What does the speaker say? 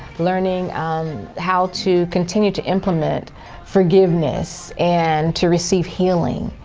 learning um how to continue to implement forgiveness and to receive healing,